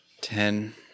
Ten